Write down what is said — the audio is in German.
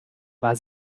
war